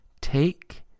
Take